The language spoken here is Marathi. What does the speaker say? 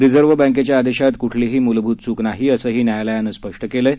रिझर्व्ह बॅकेच्या आदेशात कुठलीही मुलभूत चूक नाही असंही न्यायालयानं स्पष्टं केलं आहे